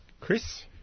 Chris